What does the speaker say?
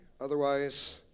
Otherwise